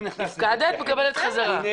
הפקדת, את מקבלת בחזרה.